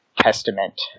testament